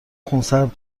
خونسرد